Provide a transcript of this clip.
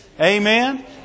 Amen